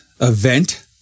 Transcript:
event